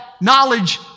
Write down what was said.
knowledge